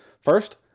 First